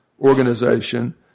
organization